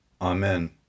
Amen